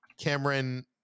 Cameron